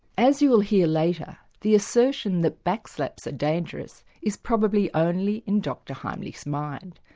as you will hear later, the assertion that back slaps are dangerous is probably only in dr heimlich's mind.